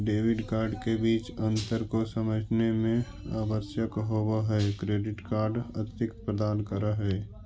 Debit card के बीच अंतर को समझे मे आवश्यक होव है क्रेडिट कार्ड अतिरिक्त प्रदान कर है?